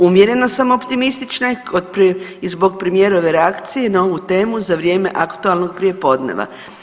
Umjereno sam optimistična i zbog premijerove reakcije na ovu temu za vrijeme aktualnog prijepodneva.